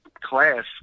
class